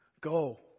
Go